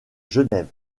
genève